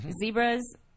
zebras